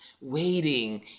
waiting